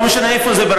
לא משנה איפה זה,